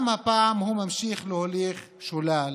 גם הפעם הוא ממשיך להוליך שולל